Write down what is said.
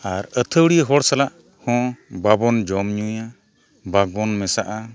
ᱟᱨ ᱟᱹᱛᱷᱟᱹᱣᱲᱤ ᱦᱚᱲ ᱥᱟᱞᱟᱜ ᱦᱚᱸ ᱵᱟᱵᱚᱱ ᱡᱚᱢᱼᱧᱩᱭᱟ ᱵᱟᱵᱚᱱ ᱢᱮᱥᱟᱜᱼᱟ